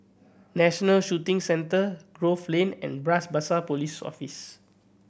National Shooting Centre Grove Lane and Bras Basah Post Office